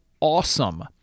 awesome